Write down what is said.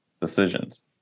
decisions